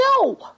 No